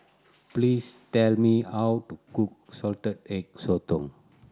please tell me how to cook Salted Egg Sotong